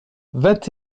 vingt